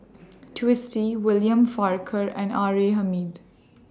Twisstii William Farquhar and R A Hamid